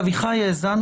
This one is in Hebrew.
איזה בג"ץ הוגש?